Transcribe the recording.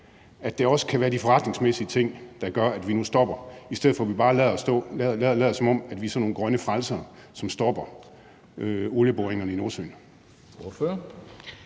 at det også kan være de forretningsmæssige ting, der gør, at vi nu stopper, i stedet for at vi bare lader, som om vi er sådan nogle grønne frelsere, som stopper olieboringerne i Nordsøen?